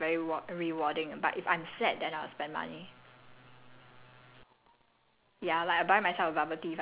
ya the the happiness one right is err I feel like happiness very ward~ rewarding but if I'm sad then I'll spend money